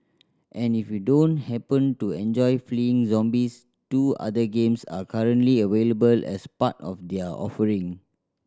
and if you don't happen to enjoy fleeing zombies two other games are currently available as part of their offering